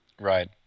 Right